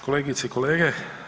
Kolegice i kolege.